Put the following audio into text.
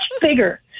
bigger